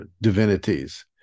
divinities